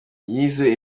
yize